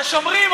ששומרים,